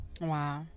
Wow